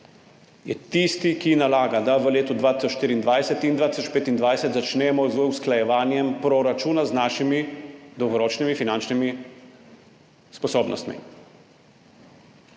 je tisti, ki nalaga, da v letih 2024 in 2025 začnemo z usklajevanjem proračuna z našimi dolgoročnimi finančnimi sposobnostmi.